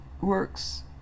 works